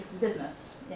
business